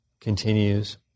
continues